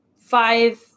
five